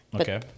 Okay